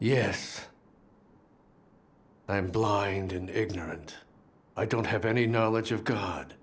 yes i am blind and ignorant i don't have any knowledge of god